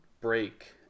break